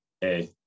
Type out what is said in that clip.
Hey